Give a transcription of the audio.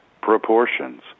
proportions